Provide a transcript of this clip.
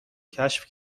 کشف